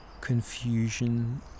confusion